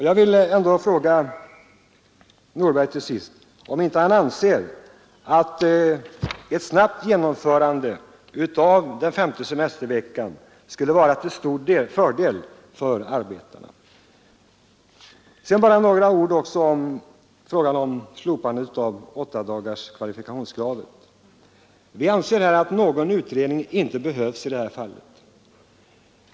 Jag vill fråga herr Nordberg om han inte anser att ett snabbt genomförande av den femte semesterveckan skulle vara till stor fördel för arbetarna. Sedan bara några ord om slopandet av åtta dagars kvalifikationskrav. Vi anser att någon utredning inte behövs i det här fallet.